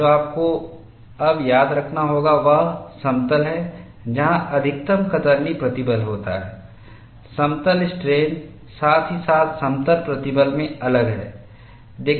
और जो आपको अब याद रखना होगा वह समतल है जहां अधिकतम कतरनी प्रतिबल होता है समतल स्ट्रेन साथ ही साथ समतल प्रतिबल में अलग है